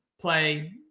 play